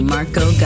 Marco